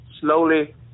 slowly